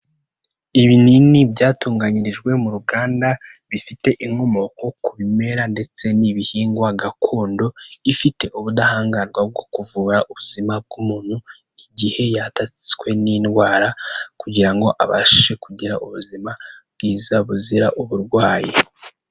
Ibinini byatunganyirijwe mu ruganda bifite inkomoko ku bimera ndetse n'ibihingwa gakondo, ifite ubudahangarwa bwo kuvura ubuzima bw'umuntu, igihe yatatswe n'indwara kugira ngo abashe kugira ubuzima bwiza buzira uburwayi.